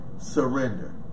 surrender